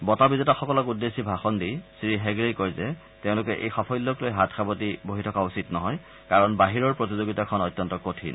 বঁটা বিজেতাসকলক উদ্দেশ্যি ভাষণ দি শ্ৰীহেগড়ে কয় যে তেওঁলোকে এই সাফল্যক লৈ হাত সাৱটি বহি থকা উচিত নহয় কাৰণ বাহিৰৰ প্ৰতিযোগিতা অত্যন্ত কঠিন